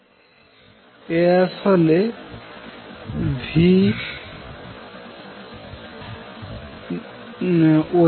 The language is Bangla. এই v হল আসলে vwav